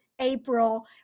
April